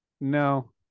No